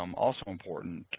um also important,